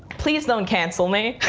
please don't cancel me.